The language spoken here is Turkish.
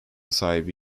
sahibi